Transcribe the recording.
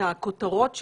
את הכותרות שלו.